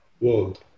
world